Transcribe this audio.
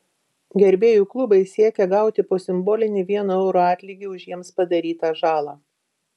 gerbėjų klubai siekia gauti po simbolinį vieno euro atlygį už jiems padarytą žalą